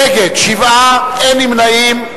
נגד, 7, אין נמנעים.